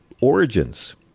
origins